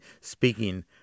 speaking